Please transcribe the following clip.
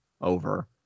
over